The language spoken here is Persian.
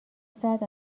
ساعت